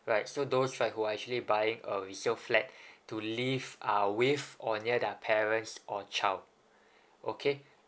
right so those right who are actually buying a resale flat to live uh with or near their parents or child okay